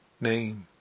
name